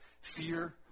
Fear